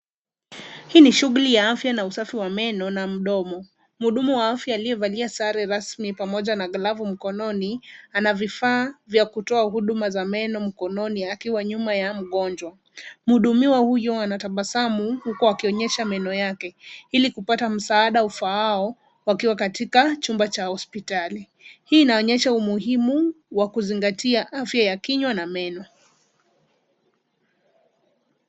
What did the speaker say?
Hii ni shughuli ya afya na usafi wa meno na mdomo. Mhudumu wa afya aliyevalia sare rasmi pamoja na glavu mkononi ana vifaa vya kutoa huduma za meno mkononi akiwa nyuma ya mgonjwa. Mhudumiwa huyo anatabasamu huku akionyesha meno yake ili kuweza kupata msaada ufaao wakiwa katika chumba cha hospitali. Hii inaonyesha umuhimu wa kuzingatia afya ya kinywa na meno.